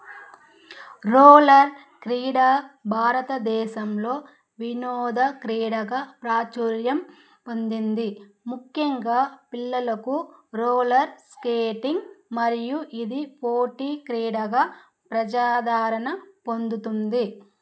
roller క్రీడా భారతదేశంలో వినోద క్రీడగా ప్రాచూర్యం పొందింది ముఖ్యంగా పిల్లలకు రోలర్ స్కేటింగ్ మరియు ఇది పోటీ క్రీడగా ప్రజాధరణ పొందుతుంది